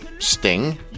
Sting